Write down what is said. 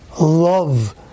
love